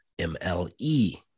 MLE